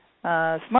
Smart